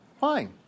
fine